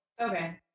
okay